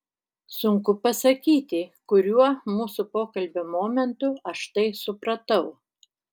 sunku pasakyti kuriuo mūsų pokalbio momentu aš tai supratau